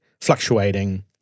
fluctuating